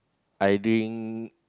I drink